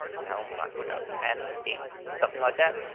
you know, um by, who knows, ten, eight, something like that.